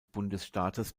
bundesstaates